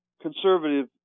conservative